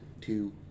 two